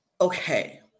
okay